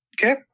Okay